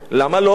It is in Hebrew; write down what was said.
למה לא.